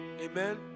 Amen